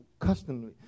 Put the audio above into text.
customly